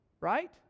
Right